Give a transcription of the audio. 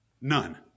None